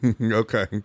Okay